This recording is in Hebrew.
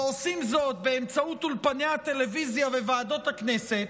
ועושים זאת באמצעות אולפני הטלוויזיה וועדות הכנסת,